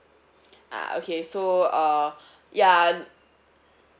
ah okay so uh ya